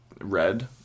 red